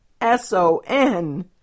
S-O-N